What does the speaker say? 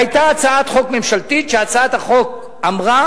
היתה הצעת חוק ממשלתית, והצעת החוק אמרה